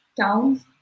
towns